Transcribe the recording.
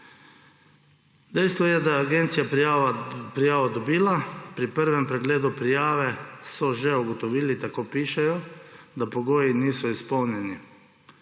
Dejstvo je, da je agencija prijavo dobila, pri prvem pregledu prijave so že ugotovili, tako pišejo, da pogoji niso izpolnjeni.